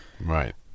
Right